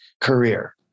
career